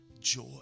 joy